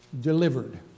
delivered